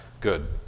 Good